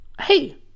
hey